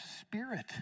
spirit